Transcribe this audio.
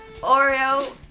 Oreo